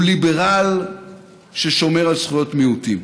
הוא ליברל ששומר על זכויות מיעוטים.